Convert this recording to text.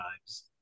times